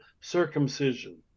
circumcision